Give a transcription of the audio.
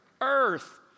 earth